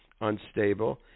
unstable